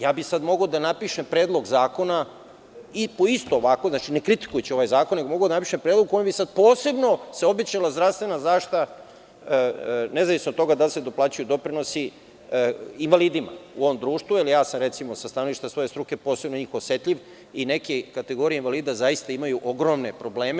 Sada bih mogao da napišem predlog zakona isto ovako, ne kritikujući ovaj zakon, nego mogu da napišem predlog u kojem bi se posebno obećala zdravstvena zaštita, nezavisno od toga da li se doplaćuju doprinosi invalidima u ovom društvu, jer ja sam sa stanovišta svoje struke posebno na njih osetljiv i neke kategorije invalida zaista imaju ogromne probleme.